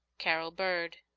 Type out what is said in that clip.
carol bird.